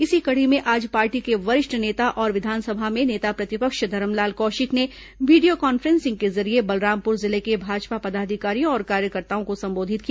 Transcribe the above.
इसी कड़ी में आज पार्टी के वरिष्ठ नेता और विधानसभा में नेता प्रतिपक्ष धरमलाल कौशिक ने वीडियो कॉन्फ्रेंसिंग के जरिये बलरामपुर जिले के भाजपा पदाधिकारियों और कार्यकर्ताओं को संबोधित किया